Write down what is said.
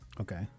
Okay